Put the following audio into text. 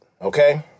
Okay